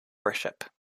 worship